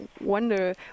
wonder